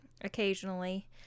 occasionally